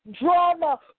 drama